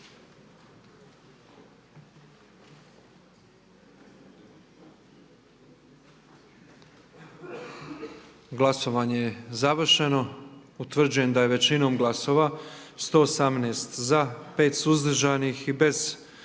Glasovanje je završeno. Utvrđujem da je većinom glasova za 115, 4 suzdržana i 4 protiv